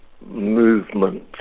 movement